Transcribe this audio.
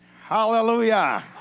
Hallelujah